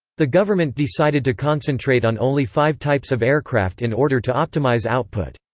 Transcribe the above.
the government decided to concentrate on only five types of aircraft in order to optimise output.